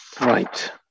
Right